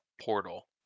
portal